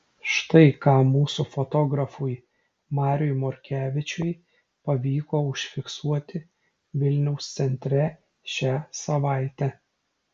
štai ką mūsų fotografui mariui morkevičiui pavyko užfiksuoti vilniaus centre šią savaitę